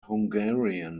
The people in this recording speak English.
hungarian